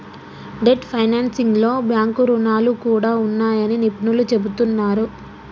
debt ఫైనాన్సింగ్లో bank రుణాలు కూడా ఉంటాయని నిపుణులు చెబుతున్నరు